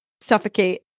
suffocate